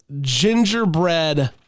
gingerbread